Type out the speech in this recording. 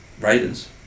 Raiders